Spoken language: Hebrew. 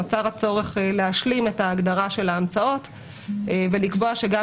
נוצר הצורך להשלים את ההגדרה של ההמצאות ולקבוע שגם